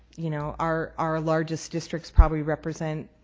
you know, our our largest districts probably represent,